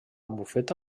bufeta